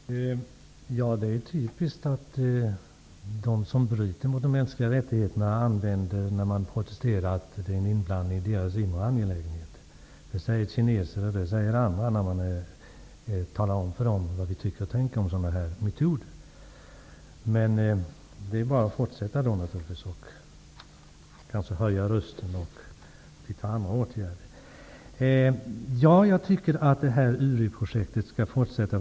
Fru talman! Det är typiskt att när man framför protester till dem som bryter mot de mänskliga rättigheterna, anser de att det är en inblandning i deras inre angelägenheter. Det framförs av t.ex. kineser när vi talar om för dem vad vi tycker och tänker om sådana metoder. Det är naturligtvis bara att fortsätta att höja rösten och finna på andra åtgärder. Ja, jag tycker att Uriprojektet skall fullföljas.